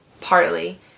partly